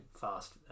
fast